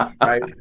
right